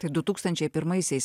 tai du tūkstančiai pirmaisiais